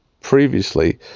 previously